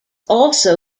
also